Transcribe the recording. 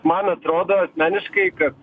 man atrodo asmeniškai kad